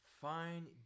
fine